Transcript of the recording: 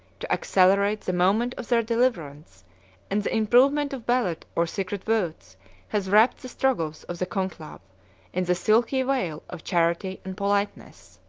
to accelerate the moment of their deliverance and the improvement of ballot or secret votes has wrapped the struggles of the conclave in the silky veil of charity and politeness.